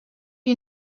you